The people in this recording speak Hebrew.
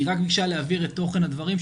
היא רק ביקשה להעביר את תוכן הדברים,